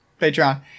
Patreon